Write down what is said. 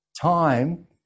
time